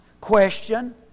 question